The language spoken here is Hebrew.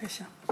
בבקשה.